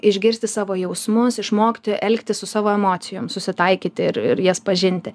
išgirsti savo jausmus išmokti elgtis su savo emocijom susitaikyti ir ir jas pažinti